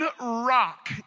rock